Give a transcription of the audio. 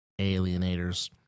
Alienators